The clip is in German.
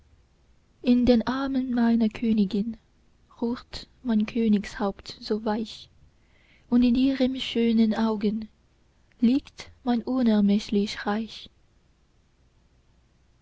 in den armen meiner kön'gin ruht mein königshaupt so weich und in ihren schönen augen liegt mein unermeßlich reich